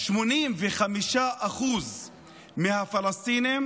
85% מהפלסטינים